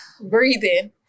breathing